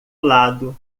lado